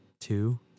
two